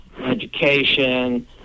education